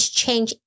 change